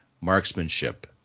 marksmanship